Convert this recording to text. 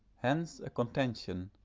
hence a contention,